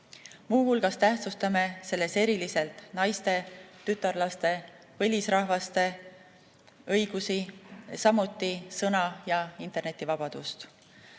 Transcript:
Muu hulgas tähtsustame selles eriliselt naiste, tütarlaste, põlisrahvaste õigusi, samuti sõna‑ ja internetivabadust.